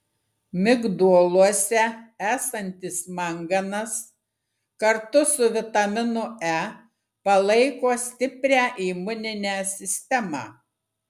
migdoluose esantis manganas kartu su vitaminu e palaiko stiprią imuninę sistemą